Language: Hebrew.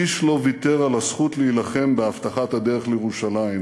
איש לא ויתר על הזכות להילחם באבטחת הדרך לירושלים.